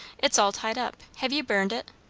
it's all tied up. have you burned it?